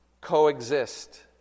Coexist